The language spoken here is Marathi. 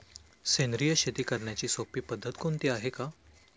सेंद्रिय शेती करण्याची सोपी पद्धत कोणती आहे का?